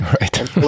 Right